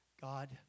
God